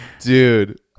dude